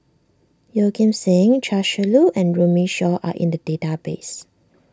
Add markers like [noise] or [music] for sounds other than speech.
Yeoh Ghim Seng Chia Shi Lu [noise] and Runme Shaw are in the database